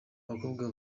abakobwa